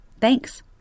Thanks